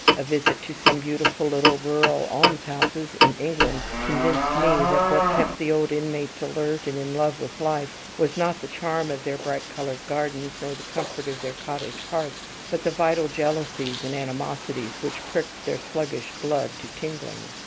a visit to some beautiful little rural almshouses in england convinced me that what kept the old inmates alert and in love with life was, not the charm of their bright-coloured gardens, nor the comfort of their cottage hearths, but the vital jealousies and animosities which pricked their sluggish blood to tingling.